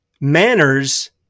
Manners